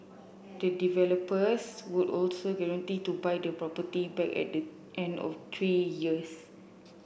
the developers would also guarantee to buy the property back at the end of three years